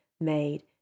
made